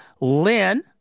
Lynn